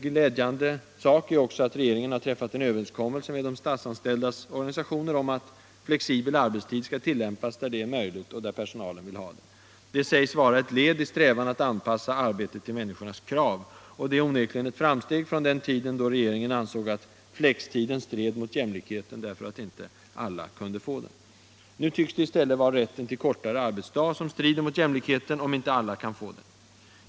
Glädjande är också att regeringen har träffat en överenskommelse med de anställdas organisationer om att flexibel arbetstid skall tillämpas där det är möjligt, och där personalen vill ha det. Det sägs vara ett led i strävan att anpassa arbetet till människornas krav. Det är onekligen ett framsteg sedan den tid då regeringen ansåg att flextiden stred mot jämlikheten, därför att inte alla kunde få den. Nu tycks det i stället vara rätten till kortare arbetsdag som strider mot jämlikheten om inte alla kan få den.